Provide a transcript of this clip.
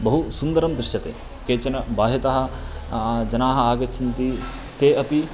बहु सुन्दरं दृश्यते केचन बाह्यतः जनाः आगच्छन्ति ते अपि